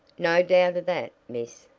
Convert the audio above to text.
no doubt of that, miss,